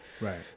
Right